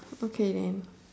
okay then